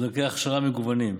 ובדרכי הכשרה מגוונות.